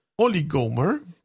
oligomer